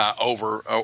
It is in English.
over